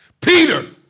Peter